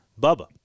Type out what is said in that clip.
Bubba